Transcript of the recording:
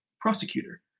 prosecutor